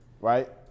Right